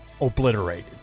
obliterated